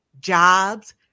jobs